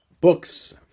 books